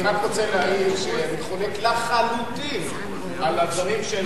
אני רק רוצה להעיר שאני חולק לחלוטין על הדברים של השר,